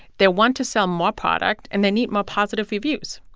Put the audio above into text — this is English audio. they want to sell more product, and they need more positive reviews.